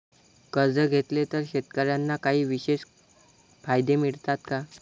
कर्ज घेतले तर शेतकऱ्यांना काही विशेष फायदे मिळतात का?